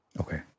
Okay